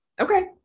Okay